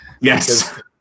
Yes